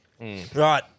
Right